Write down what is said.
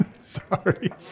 Sorry